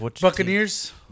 Buccaneers